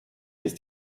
ist